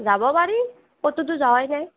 যাব পাৰি ক'তোতো যোৱাই নাই